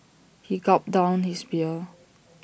he gulped down his beer